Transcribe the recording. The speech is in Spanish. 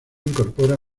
incorpora